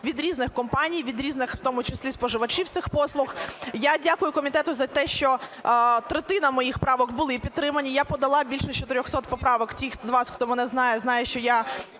від різних компаній, від різних в тому числі споживачів цих послуг. Я дякую комітету за те, що третина моїх правок були підтримані. Я подала більше 400 поправок. Ті з вас, хто мене знає, знає, що я